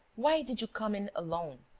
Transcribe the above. why did you come in alone?